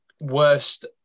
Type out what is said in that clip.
worst